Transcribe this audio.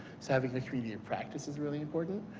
having a community of practice is really important.